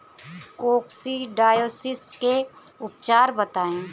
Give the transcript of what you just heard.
Coccidiosis के उपचार बताई?